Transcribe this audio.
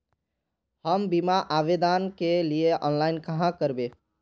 हम बीमा आवेदान के लिए ऑनलाइन कहाँ करबे?